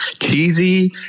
cheesy